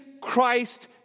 Christ